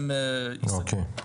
הן ייסגרו.